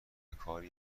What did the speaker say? کاری